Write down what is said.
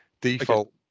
default